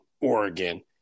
Oregon